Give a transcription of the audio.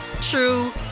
true